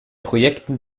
projekten